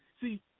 See